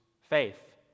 faith